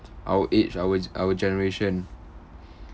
our age our g~ our generation